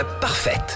parfaite